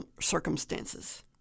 circumstances